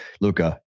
Luca